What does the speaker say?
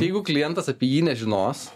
jeigu klientas apie jį nežinos